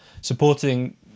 supporting